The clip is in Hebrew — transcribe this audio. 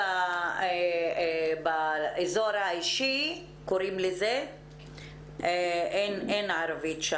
באזור האישי אין ערבית.